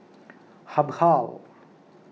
Habhal